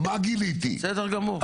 בסדר גמור.